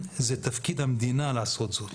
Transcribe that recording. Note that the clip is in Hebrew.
מודלים שעשו את זה מראים שיש לזה הרבה משמעות.